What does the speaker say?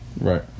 Right